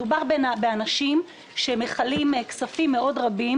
מדובר באנשים שמכלים כספים רבים.